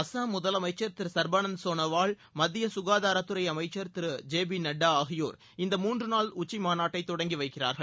அசாம் முதலமைச்சர் திரு சர்பானந்த் சோனோவால் மத்திய சுகாதாரத்துறை அமைச்சர் திரு ஜெ பி நட்டா ஆகியோர் இந்த மூன்று நாள் உச்சிமாநாட்டை தொடங்கி வைக்கிறார்கள்